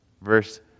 Verse